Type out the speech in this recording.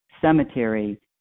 cemetery